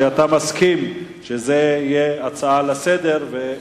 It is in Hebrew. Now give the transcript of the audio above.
שאתה מסכים שזה יהיה הצעה לסדר-היום.